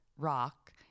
rock